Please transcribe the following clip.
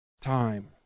time